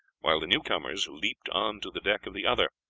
while the newcomers leaped on to the deck of the other.